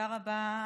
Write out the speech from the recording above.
תודה רבה,